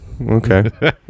okay